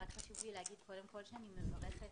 חשוב לי לברך גם את קיומה של הוועדה, ולברך את